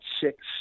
six